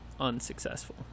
unsuccessful